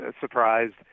surprised